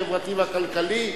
החברתי והכלכלי.